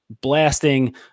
blasting